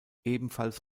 ebenfalls